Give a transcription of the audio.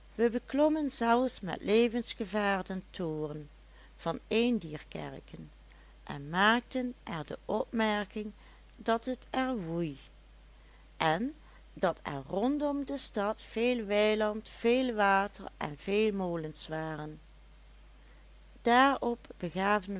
wij beklommen zelfs met levensgevaar den toren van een dier kerken en maakten er de opmerking dat het er woei en dat er rondom de stad veel weiland veel water en veel molens waren daarop begaven